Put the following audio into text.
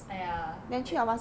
ya ya wait